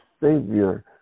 Savior